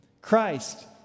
Christ